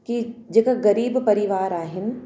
की जेका ग़रीब परिवार आहिनि